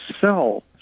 sell